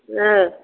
ஆ